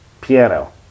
piano